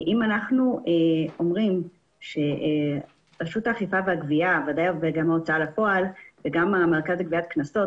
אנחנו אומרים שרשות האכיפה והגבייה והמרכז לגביית קנסות,